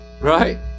Right